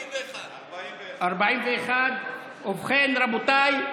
41. 41. ובכן, רבותיי,